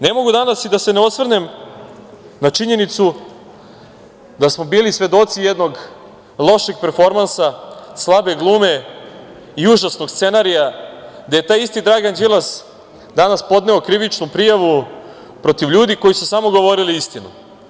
Ne mogu danas i da se ne osvrnem na činjenicu da smo bili svedoci jednog lošeg performansa, slabe glume i užasnog scenarija, da je taj isti Dragan Đilas danas podneo krivičnu prijavu protiv ljudi koji su samo govorili istinu.